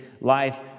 life